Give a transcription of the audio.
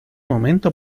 momento